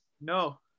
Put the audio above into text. No